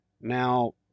Now